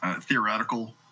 theoretical